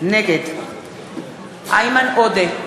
נגד איימן עודה,